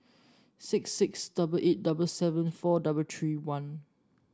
six six double eight double seven four double three one